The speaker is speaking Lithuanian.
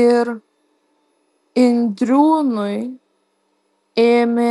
ir indriūnui ėmė